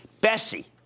Bessie